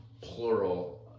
plural